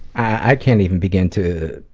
i can't even begin to